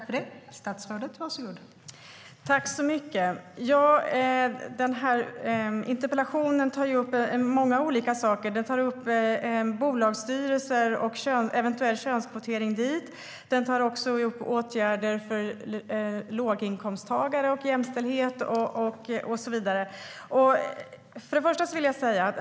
Fru talman! Interpellationen tar upp många olika saker. Den tar upp eventuell könskvotering till bolagsstyrelser, åtgärder för låginkomsttagare och jämställdhet och så vidare.